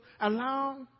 allow